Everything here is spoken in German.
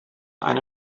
eine